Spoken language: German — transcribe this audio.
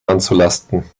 anzulasten